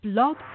Blog